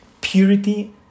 purity